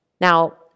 Now